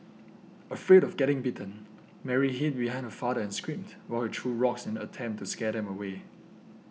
afraid of getting bitten Mary hid behind her father and screamed while he threw rocks in an attempt to scare them away